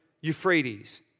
Euphrates